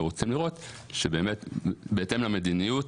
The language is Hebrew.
ורוצים לראות שבהתאם למדיניות